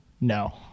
No